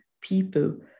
people